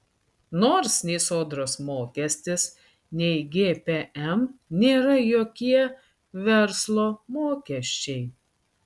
nors nei sodros mokestis nei gpm nėra jokie verslo mokesčiai